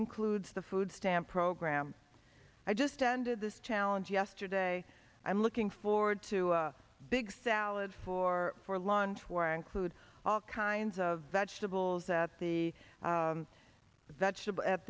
includes the food stamp program i just ended this challenge yesterday i'm looking forward to big salad for for lunch why include all kinds of vegetables that the vegetables at